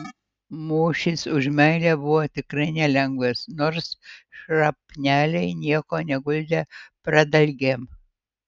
mūšis už meilę buvo tikrai nelengvas nors šrapneliai nieko neguldė pradalgėm